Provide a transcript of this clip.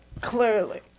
clearly